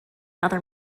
other